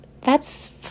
thats